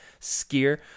skier